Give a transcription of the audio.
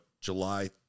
July